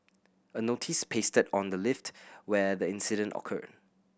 a notice pasted on the lift where the incident occurred